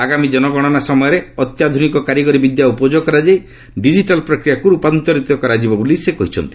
ଆଗାମୀ ଜନଗଣନା ସମୟରେ ଅତ୍ୟାଧୁନିକ କାରିଗରୀବିଦ୍ୟା ଉପଯୋଗ କରାଯାଇ ଡିଜିଟାଲ୍ ପ୍ରକ୍ରିୟାକୁ ରୂପାନ୍ତରିତ କରାଯିବ ବୋଲି ସେ କହିଛନ୍ତି